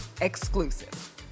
exclusive